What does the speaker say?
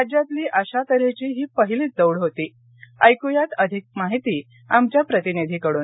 राज्यभरातली अशा तन्हेची ही पहिलीच दौड होती एक्यात अधिक माहिती आमच्या प्रतिनिधीकडून